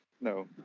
no